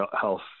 health